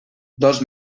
dos